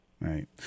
Right